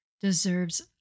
deserves